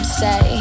say